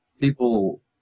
people